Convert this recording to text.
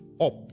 up